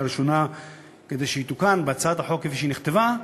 הראשונה כדי שהוא יתוקן בהצעת החוק כפי שהיא נכתבה: